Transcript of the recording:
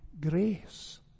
grace